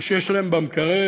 ושיש להם במקרר